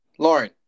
Lauren